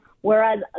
Whereas